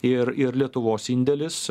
ir ir lietuvos indėlis